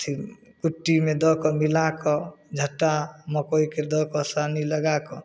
अथी कुट्टीमे दऽ कऽ मिलाकऽ झट्टा मकइके दऽ कऽ सानी लगाकऽ